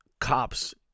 cops